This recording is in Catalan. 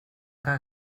que